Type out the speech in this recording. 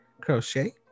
crochet